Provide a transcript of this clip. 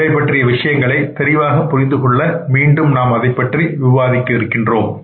இவை பற்றிய விஷயங்களை தெளிவாக புரிந்துகொள்ள மீண்டும் நாம் அதைப்பற்றி விவாதிக்கலாம்